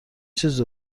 چیز